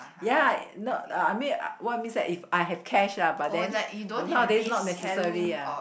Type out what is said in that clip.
ya no I mean uh what is means if I have cash ah but then but nowadays not necessary ah